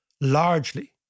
largely